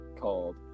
called